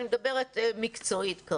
אני מדברת מקצועית.